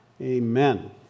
Amen